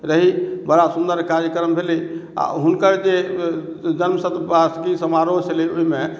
रही बड़ा सुन्दर कार्यक्रम भेलै आ हुनकर जे जन्मशताब्दी समारोह छलै ओहि मे